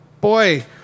Boy